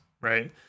right